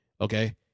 Okay